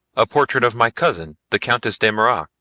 a portrait of my cousin the countess de mirac,